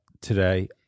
today